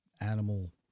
animal